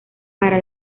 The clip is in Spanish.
para